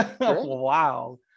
Wow